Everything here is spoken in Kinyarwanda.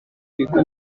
ibigo